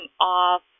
off